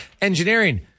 Engineering